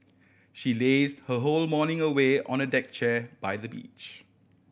she lazed her whole morning away on a deck chair by the beach